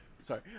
sorry